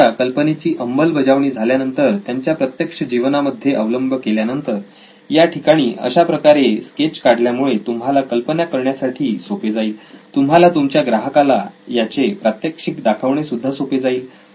तुमच्या कल्पनेची अंमलबजावणी झाल्यानंतर त्यांच्या प्रत्यक्ष जीवनामध्ये अवलंब केल्यानंतर याठिकाणी अशाप्रकारे स्केच काढल्या मुळे तुम्हाला कल्पना करण्यासाठी सोपे जाईल तुम्हाला तुमच्या ग्राहकाला याचे प्रात्यक्षिक दाखवणे सुद्धा सोपे जाईल